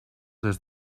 des